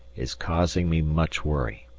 is causing me much worry.